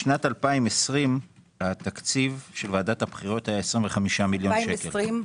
בשנת 2020 התקציב של ועדת הבחירות היה 25 מיליון שקלים.